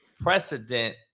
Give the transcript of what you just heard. precedent